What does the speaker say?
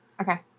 Okay